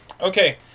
Okay